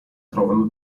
trovano